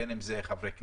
בין אם זה חברי כנסת,